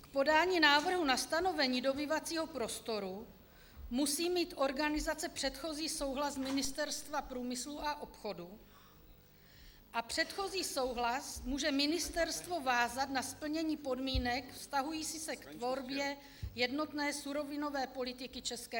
K podání návrhu na stanovení dobývacího prostoru musí mít organizace předchozí souhlas Ministerstva průmyslu a obchodu a předchozí souhlas může ministerstvo vázat na splnění podmínek vztahujících se k tvorbě jednotné surovinové politiky ČR.